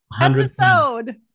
episode